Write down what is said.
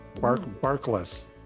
Barkless